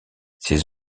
ses